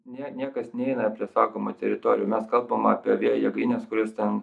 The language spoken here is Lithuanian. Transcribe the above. ne niekas neina prie saugomų teritorijų mes kalbam apie vėjo jėgainės kurios ten